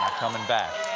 coming back.